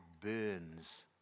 burns